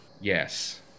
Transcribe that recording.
Yes